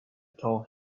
told